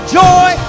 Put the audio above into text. joy